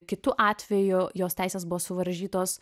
kitu atveju jos teisės buvo suvaržytos